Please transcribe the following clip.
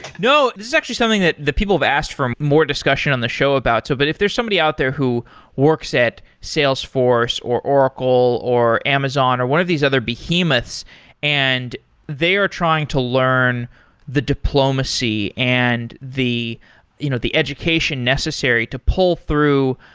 no. this is actually something that people have asked for more discussion on the show about. so but if there's somebody out there who works at salesforce, or oracle, or amazon, or one of these other behemoths and they are trying to learn the diplomacy and the you know the education necessary to pull through,